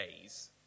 days